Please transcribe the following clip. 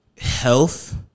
health